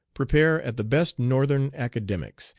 prepare at the best northern academics,